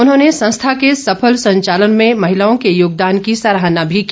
उन्होंने संस्था के सफल संचालन में महिलाओं के योगदान की सराहना भी की